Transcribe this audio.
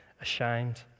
ashamed